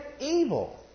evil